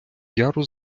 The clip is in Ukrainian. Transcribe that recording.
яру